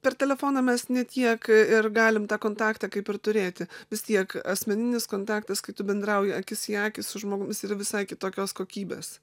per telefoną mes ne tiek ir galim tą kontaktą kaip ir turėti vis tiek asmeninis kontaktas kai tu bendrauji akis į akį su žmogum jis yra visai kitokios kokybės